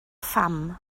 pham